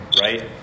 right